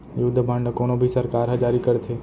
युद्ध बांड ल कोनो भी सरकार ह जारी करथे